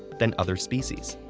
than other species.